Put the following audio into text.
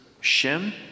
Shem